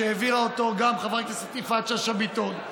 שהעבירה אותו גם חברת הכנסת יפעת שאשא ביטון,